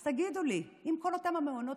אז תגידו לי: אם כל אותם המעונות